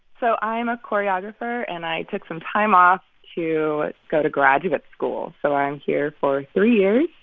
so i'm a choreographer. and i took some time off to go to graduate school. so i'm here for three years.